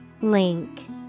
Link